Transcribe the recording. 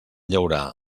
llaurar